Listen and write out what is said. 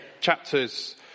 chapters